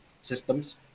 systems